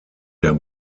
der